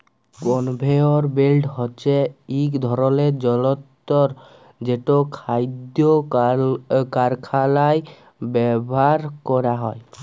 conveyor belt হছে ইক ধরলের যল্তর যেট খাইদ্য কারখালায় ব্যাভার ক্যরা হ্যয়